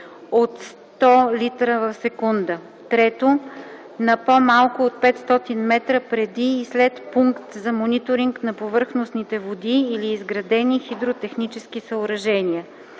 от 100,0 л/сек; 3. на по-малко от 500 м преди и след пункт за мониторинг на повърхностните води или изградени хидротехнически съоръжения;